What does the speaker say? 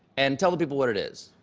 and tell the people what it is.